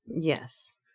Yes